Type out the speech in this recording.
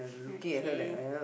okay